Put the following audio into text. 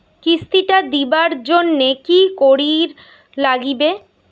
কিস্তি টা দিবার জন্যে কি করির লাগিবে?